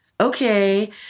okay